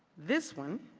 this one